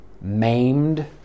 maimed